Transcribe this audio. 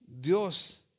Dios